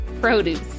produce